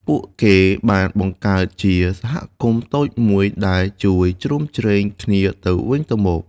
ពួកគេបានបង្កើតជាសហគមន៍តូចមួយដែលជួយជ្រោមជ្រែងគ្នាទៅវិញទៅមក។